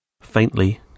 faintly